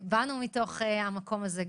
שתינו באנו מתוך המקום הזה.